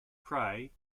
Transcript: prey